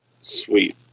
Sweet